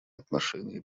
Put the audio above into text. отношении